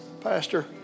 Pastor